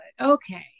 Okay